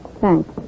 Thanks